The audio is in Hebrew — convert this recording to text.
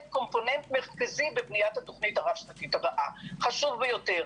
קומפוננט מרכזי בבניית התכנית הרב שנתית הבאה וזה חשוב ביותר.